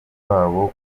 w’abo